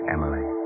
Emily